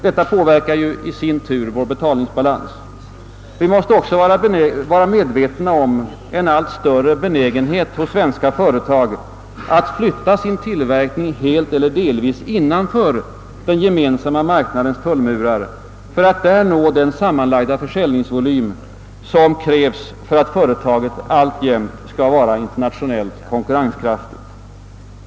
Detta påverkar i sin tur vår betalningsbalans., Vi måste också vara medvetna om en allt starkare benägenhet hos de svenska företagen att flytta sin tillverkning, helt eller delvis, innanför den gemensamma marknadens tullmurar för att nå den sammanlagda försäljningsvolym som krävs för att företaget alltjämt skall vara internationellt konkurrenskraftigt.